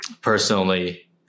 personally